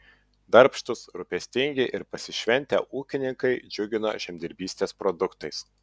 darbštūs rūpestingi ir pasišventę ūkininkai džiugino žemdirbystės produktais